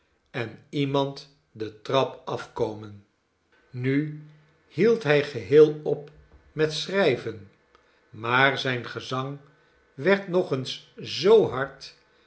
en iemand de trap afkomen nu hield hij geheel op met schrijven maar zijn gezang werd nog eens zoo hard